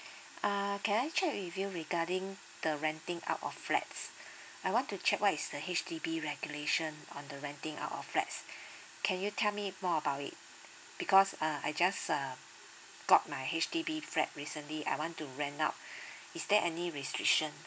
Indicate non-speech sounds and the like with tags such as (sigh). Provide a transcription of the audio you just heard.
uh can I check with you regarding the renting out of flats I want to check what is the H_D_B regulation on the renting out of flats (breath) can you tell me more about it because uh I just uh got my H_D_B flat recently I want to rent out (breath) is there any restriction